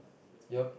yep